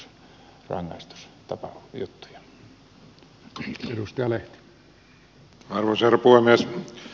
arvoisa herra puhemies